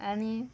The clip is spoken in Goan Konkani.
आनी